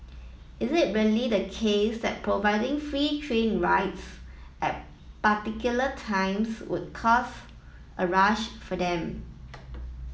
is it really the case that providing free train rides at particular times would cause a rush for them